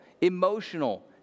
emotional